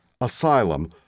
asylum